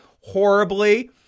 horribly